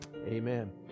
amen